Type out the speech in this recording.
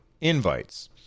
invites